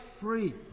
free